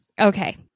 Okay